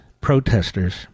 protesters